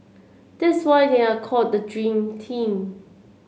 that's why they are called the dream team